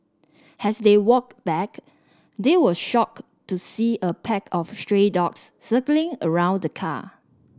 as they walked back they were shocked to see a pack of stray dogs circling around the car